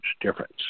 difference